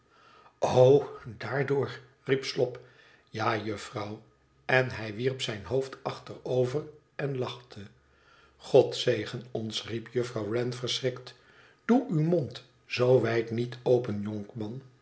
i riep slop ja juffrouw en hij wierp zijn hoofd achover en lachte god zegen ons riep juffrouw wren verschrikt doe uw mond zoo wijd niet open jonkman